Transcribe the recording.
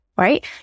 right